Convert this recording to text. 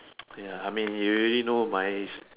ya I mean you already know my